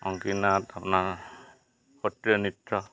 অংকীয়া নাট আপোনাৰ সত্ৰীয়া নৃত্য